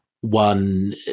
one